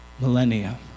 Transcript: Millennia